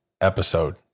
episode